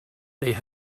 neu